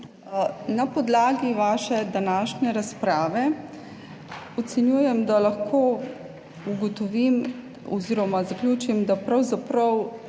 Na podlagi vaše današnje razprave ocenjujem, da lahko ugotovim oz. zaključim, da pravzaprav